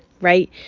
right